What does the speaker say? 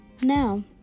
now